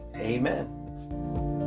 amen